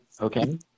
Okay